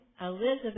Elizabeth